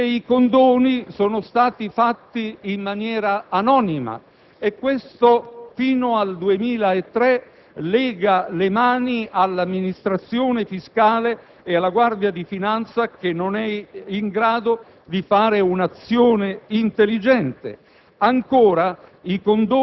Mi spiego: i condoni sono stati fatti in maniera anonima. E questo fino al 2003 lega le mani all'amministrazione fiscale ed alla Guardia di finanza che non sono in grado di fare una azione intelligente.